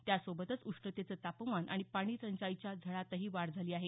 त्यासोबतचं उष्णतेचं तापमान आणि पाणी टंचाईच्या झळातही वाढ झाली आहे